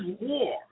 war